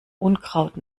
unkraut